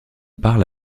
parle